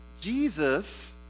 Jesus